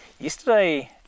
yesterday